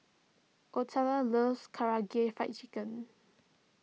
Otelia loves Karaage Fried Chicken